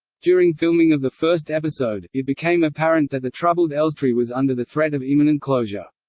during filming of the first episode, it became apparent that the troubled elstree was under the threat of imminent closure.